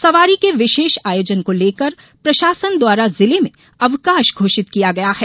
सवारी के विशेष आयोजन को लेकर प्रशासन द्वारा जिले में अवकाश घोषित किया गया है